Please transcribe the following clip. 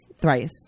thrice